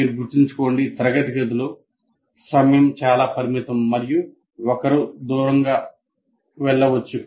మీరు గుర్తుంచుకోండి తరగతి గదిలో సమయం చాలా పరిమితం మరియు ఒకరు దూరంగా వెళ్ళవచ్చు